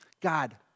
God